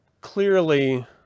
clearly